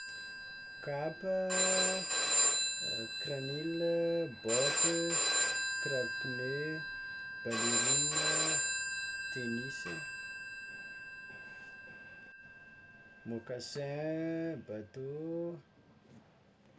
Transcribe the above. Kapa, kiranila, botte, kiraro pneu, ballerine, tennis, moccassin, bateau.